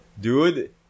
dude